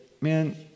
man